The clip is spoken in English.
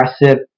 aggressive